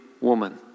woman